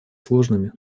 сложными